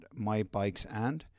mybikesand